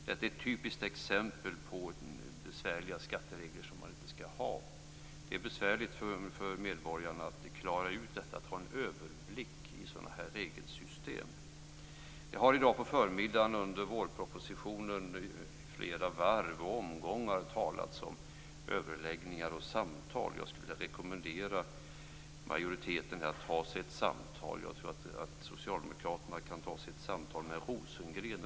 Detta är ett typiskt exempel på besvärliga skatteregler som man inte skall ha. Det är besvärligt för medborgarna att klara ut detta och ha en överblick i sådana här regelsystem. I dag på förmiddagen under debatten om vårpropositionen har det i flera varv och omgångar talats om överläggningar och samtal. Jag skulle vilja rekommendera majoriteten att ta ett samtal. Jag tror att Socialdemokraterna kan ta ett samtal med Rosengren.